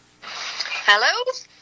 Hello